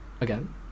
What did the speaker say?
Again